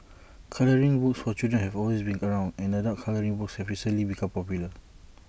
colouring books for children have always been around and adult colouring books have recently become popular